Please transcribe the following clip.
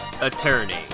attorney